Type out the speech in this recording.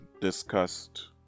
discussed